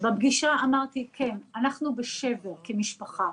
בפגישה אמרתי כן, אנחנו בשבר כמשפחה.